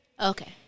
Okay